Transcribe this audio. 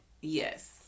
Yes